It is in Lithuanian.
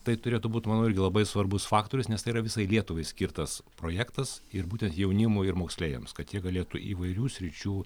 tai turėtų būt manau irgi labai svarbus faktorius nes tai yra visai lietuvai skirtas projektas ir būtent jaunimui ir moksleiviams kad jie galėtų įvairių sričių